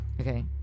Okay